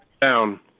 down